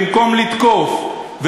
במקום לתקוף,